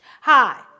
Hi